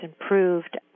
improved